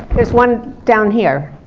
there's one down here.